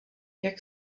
jak